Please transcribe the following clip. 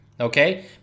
Okay